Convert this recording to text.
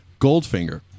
Goldfinger